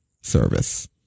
service